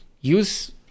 use